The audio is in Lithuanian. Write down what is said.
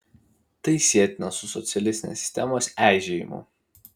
tai sietina su socialistinės sistemos eižėjimu